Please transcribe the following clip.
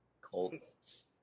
Colts